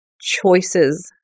choices